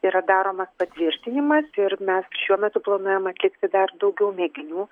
yra daromas patvirtinimas ir mes šiuo metu planuojam atlikti dar daugiau mėginių